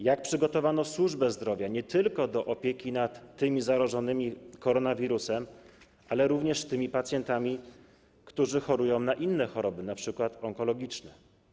Jak przygotowano służbę zdrowia nie tylko do opieki nad zarażonymi koronawirusem, ale również nad tymi pacjentami, którzy chorują na inne choroby, np. onkologiczne?